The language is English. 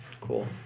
Cool